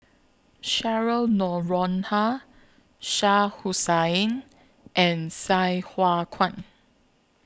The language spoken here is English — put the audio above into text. Cheryl Noronha Shah Hussain and Sai Hua Kuan